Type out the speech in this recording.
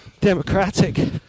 democratic